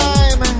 Time